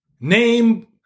Name